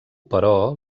però